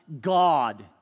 God